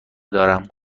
دارم